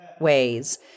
ways